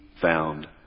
found